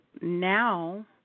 now